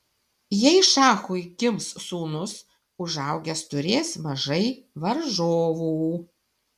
jei šachui gims sūnus užaugęs turės mažai varžovų